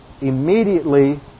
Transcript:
immediately